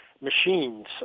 machines